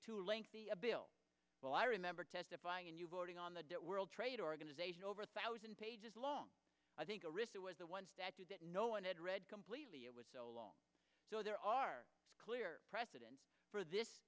too lengthy a bill well i remember testifying and you voting on the debt world trade organization over a thousand pages long i think arista was the ones that do that no one had read completely it was so long ago there are clear precedent for this